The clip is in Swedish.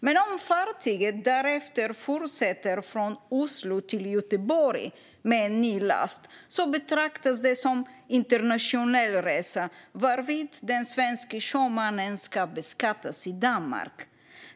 Men om fartyget därefter fortsätter från Oslo till Göteborg med en ny last betraktas det som en internationell resa, varvid den svenske sjömannen ska beskattas i Danmark.